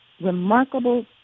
remarkable